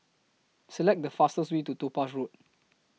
Select The fastest Way to Topaz Road